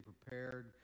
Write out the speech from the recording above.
prepared